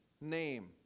name